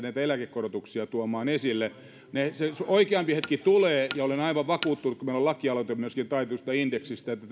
näitä eläkekorotuksia tuomaan esille se oikeampi hetki tulee ja olen aivan vakuuttunut kun meillä on myöskin lakialoite taitetusta indeksistä että